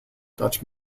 dutch